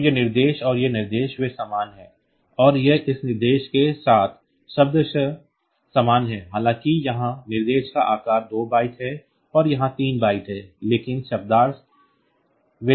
तो यह निर्देश और यह निर्देश वे समान हैं और यह इस निर्देश के साथ शब्दशः समान है हालांकि यहाँ निर्देश का आकार 2 बाइट है और यहाँ तीन बाइट्स हैं लेकिन शब्दार्थ वे समान हैं